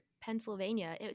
pennsylvania